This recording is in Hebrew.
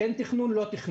כן תכנון או לא תכנון.